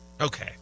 okay